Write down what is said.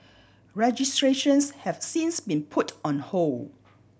registrations have since been put on hold